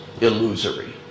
illusory